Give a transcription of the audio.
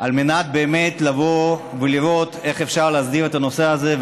על מנת לבוא ולראות איך אפשר להסדיר את הנושא הזה,